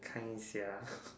kind sia